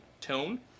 tone